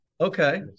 Okay